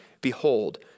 behold